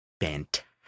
fantastic